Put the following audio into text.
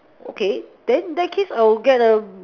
okay then that case I'll get a